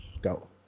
go